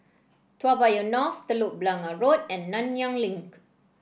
Toa Payoh North Telok Blangah Road and Nanyang Link